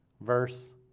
verse